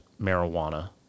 marijuana